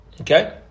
okay